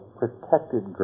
protected